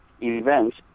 events